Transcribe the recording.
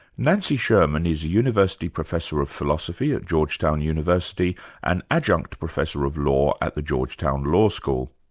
nancy sherman is a university professor of philosophy at georgetown university and adjunct professor of law at the georgetown law school.